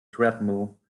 treadmill